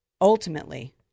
Ultimately